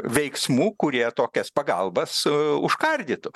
veiksmų kurie tokias pagalbas užkardytų